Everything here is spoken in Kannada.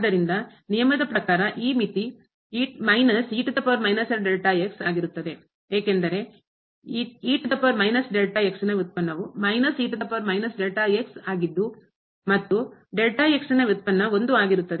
ಆದ್ದರಿಂದ ನಿಯಮದ ಪ್ರಕಾರ ಈ ಮಿತಿ ಆಗಿರುತ್ತದೆ ಏಕೆಂದರೆ ನ ವ್ಯುತ್ಪನ್ನ ಆಗಿದ್ದು ಮತ್ತು ನ ವ್ಯುತ್ಪನ್ನ 1 ಆಗಿರುತ್ತದೆ